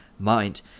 mind